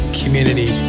community